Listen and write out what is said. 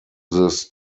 this